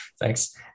Thanks